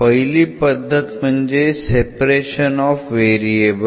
पहिली पद्धत म्हणजे सेपरेशन ऑफ व्हेरिएबल